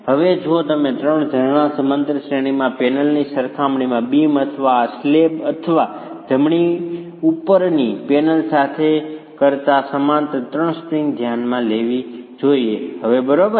હવે જો તમે 3 ઝરણા સમાંતર શ્રેણીમાં પેનલની સરખામણી બીમ અથવા આ સ્લેબ અથવા જમણી ઉપરની પેનલ સાથે કરતા સમાંતર 3 સ્પ્રિંગ્સ ધ્યાનમાં લેવી જોઈએ હવે બરાબર